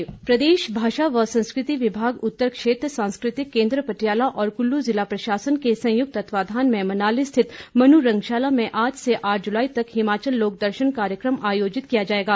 लोकदर्शन प्रदेश भाषा व संस्कृति विभाग उतर क्षेत्र सांस्कृतिक केंद्र पटियाला और कुल्लू जिला प्रशासन के संयुक्त तत्वावधान में मनाली स्थित मनुरंगशाला में आज से आठ जुलाई तक हिमाचल लोक दर्शन कार्यकम आयोजित किया जाएगा